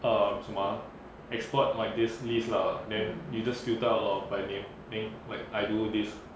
err 什么 ah export like this list lah then you just filter out lor by name then like I do this